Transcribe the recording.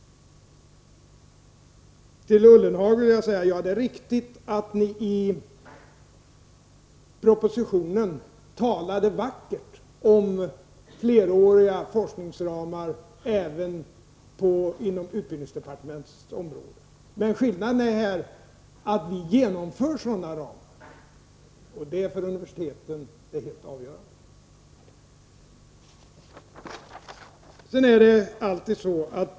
Till Ullenhag vill jag säga: Ja, det är riktigt att ni i propositionen talade vackert om fleråriga forskningsramar även inom utbildningsdepartementets område. Skillnaden är att vi genomför sådana ramar, och det är för universiteten det helt avgörande.